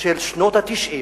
של שנות ה-90,